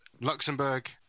Luxembourg